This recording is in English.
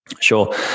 sure